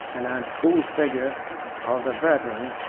and uncouth figure of the veteran,